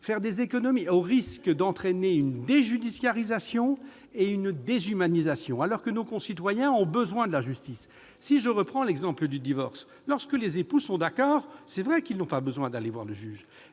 faire des économies, au risque d'entraîner une déjudiciarisation et une déshumanisation. Or nos concitoyens ont besoin de la justice. Je reprends l'exemple du divorce. Certes, lorsque les époux sont d'accord, ils n'ont pas besoin d'aller voir le juge